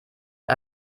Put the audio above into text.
mit